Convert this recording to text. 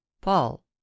Paul